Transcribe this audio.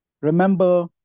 remember